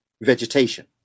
vegetation